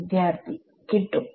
വിദ്യാർത്ഥി കിട്ടും